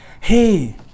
hey